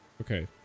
Okay